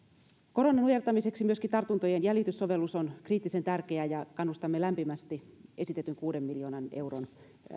koronan nujertamiseksi myöskin tartuntojen jäljityssovellus on kriittisen tärkeä ja kannustamme lämpimästi esitetyn kuuden miljoonan euron